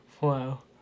Wow